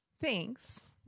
Thanks